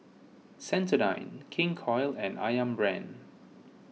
Sensodyne King Koil and Ayam Brand